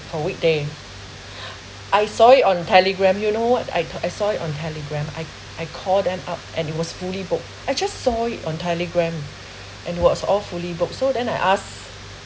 for weekday I saw it on Telegram you know what I I saw it on Telegram I I called them up and it was fully booked I just saw it on Telegram and was all fully booked so then I ask